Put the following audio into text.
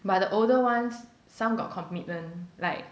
but the older ones some got commitment like